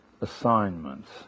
assignments